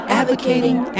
advocating